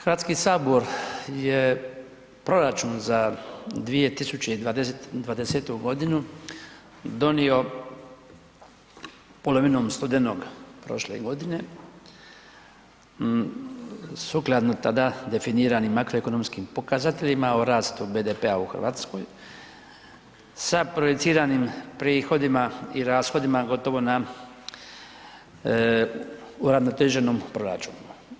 Hrvatski sabor je proračun za 2020. g. donio polovinom studenog prošle godine sukladno tada definiranim makroekonomskim pokazateljima o rastu BDP-a u Hrvatskoj sa projiciranim prihodima i rashodima gotovo na uravnoteženom proračunu.